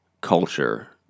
culture